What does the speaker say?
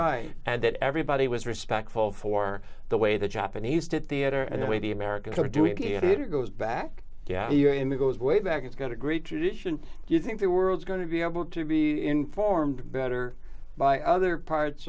right and that everybody was respectful for the way the japanese did theatre and the way the americans are doing theatre goes back here in the goes well back it's got a great tradition do you think the world's going to be able to be informed better by other parts